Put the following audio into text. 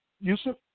Yusuf